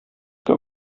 ska